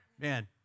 Man